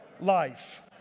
life